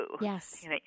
Yes